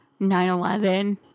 9-11